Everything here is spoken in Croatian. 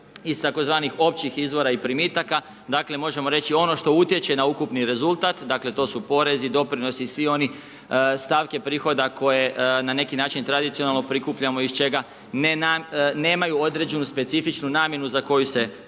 na ukupni rezultat. Dakle, možemo reći ono što utječe na ukupni rezultat, to su porezi, doprinosi i svi oni stavke prihoda koje na neki način tradicionalno prikupljamo iz čega nemaju određenu specifičnu namjenu za koju se troše.